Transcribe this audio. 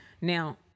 Now